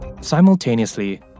Simultaneously